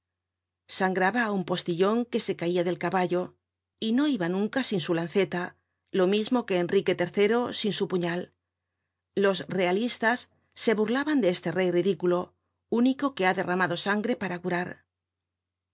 sangraba á un postillon que se caia del caballo y no iba nunca sin su lanceta lo mismo que enrique iii sin su puñal los realistas se burlaban de este rey ridículo único que ha derramado sangre para curar